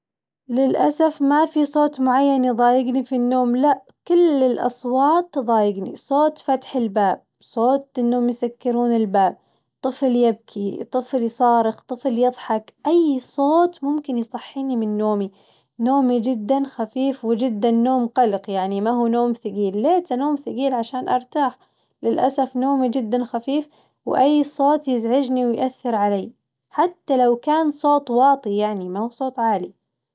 للأسف ما في صوت معين يظايقني في النوم لا كل الأصوات تظايقني، صوت فتح الباب صوت إنهم يسكرون الباب طقل يبكي، طفل يصارخ، طفل يظحك أي صوت ممكن يصحيني من نومي، نومي جداً خفيف وجداً نوم قلق يعني ما هو نوم ثقيل، ليته نوم ثقيل عشان أرتاح، للأسف نومي جداً خفيف وأي صوت يزعجني ويأثر علي حتى لو كان صوت واطي يعني ما هو صوت عالي.